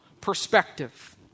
perspective